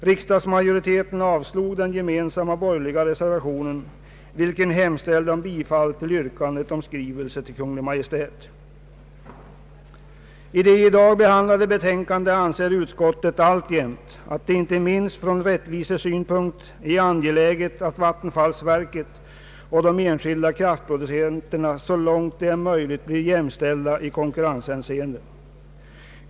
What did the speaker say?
Riksdagsmajoriteten avslog den gemensamma borgerliga reservationen, vilken I det i dag behandlade betänkandet anser utskottet alltjämt att det inte minst ur rättvisesynpunkt är angeläget att vattenfallsverket och de enskilda kraftproducenterna så långt möjligt blir jämställda i konkurrenshänseende.